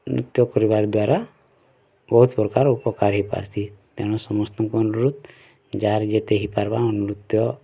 ନୃତ୍ୟ କରବାର୍ ଦ୍ଵାରା ବହୁତ ପ୍ରକାର୍ ଉପକାର୍ ହେଇ ପାର୍ସି ତେଣୁ ସମସ୍ତଙ୍କୁ ଅନୁରୋଧ ଯାହାର୍ ଯେତେ ହେଇ ପାରବା ନୃତ୍ୟ